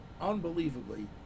unbelievably